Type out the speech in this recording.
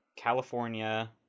California